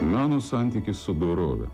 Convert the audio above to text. meno santykis su dorove